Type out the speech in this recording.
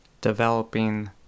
developing